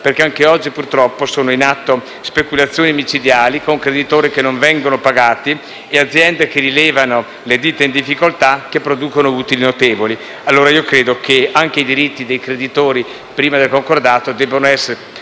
perché anche oggi sono purtroppo in atto speculazioni micidiali con creditori che non vengono pagati e aziende che rilevano le ditte in difficoltà, che producono utili notevoli. Credo allora che anche i diritti dei creditori prima del concordato debbano essere